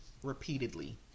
Repeatedly